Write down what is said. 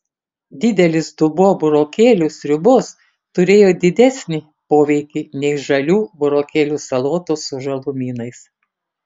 didelis dubuo burokėlių sriubos turėjo didesnį poveikį nei žalių burokėlių salotos su žalumynais